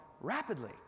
rapidly